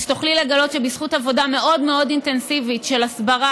את תוכלי לגלות שבזכות עבודה מאוד מאוד אינטנסיבית של הסברה,